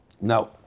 Now